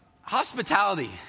Hospitality